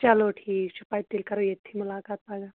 چلو ٹھیٖک چھُ پَتہٕ تیٚلہِ کَرو ییٚتتھٕے مُلاقات پَگاہ